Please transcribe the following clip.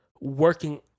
working